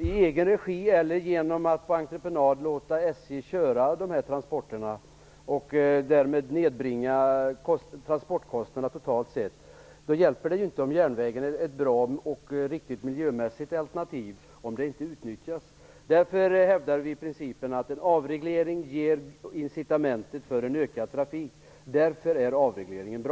i egen regi eller låta SJ göra det på entreprenad och därmed nedbringa transportkostnaderna totalt sett hjälper det inte att järnvägen är ett miljömässigt bra alternativ. Den måste också utnyttjas. Därför hävdar vi att en avreglering ger incitament för en ökad trafik. Därför är en avreglering bra.